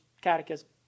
catechism